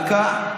דקה.